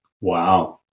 Wow